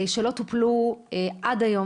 שלא טופלו עד היום,